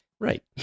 Right